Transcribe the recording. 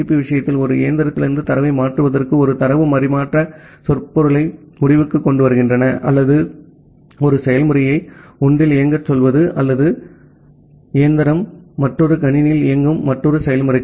B விஷயத்தில் ஒரு இயந்திரத்திலிருந்து தரவை மாற்றுவதற்கு ஒரு தரவு பரிமாற்ற சொற்பொருளை முடிவுக்கு கொண்டுவருகின்றன அல்லது ஒரு செயல்முறையை ஒன்றில் இயங்கச் சொல்வது நல்லது இயந்திரம் மற்றொரு கணினியில் இயங்கும் மற்றொரு செயல்முறைக்கு